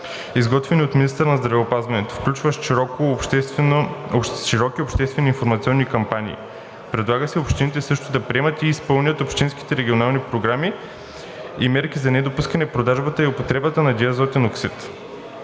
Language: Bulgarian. изготвени от министъра на здравеопазването, включващи широко обществени информационни кампании. Предлага се общините също да приемат и изпълняват общински регионални програми и мерки за недопускане продажбата и употребата на диазотен оксид.